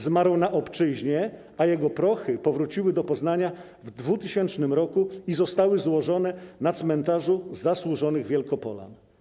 Zmarł na obczyźnie, a jego prochy powróciły do Poznania w 2000 roku i zostały złożone na Cmentarzu Zasłużonych Wielkopolan.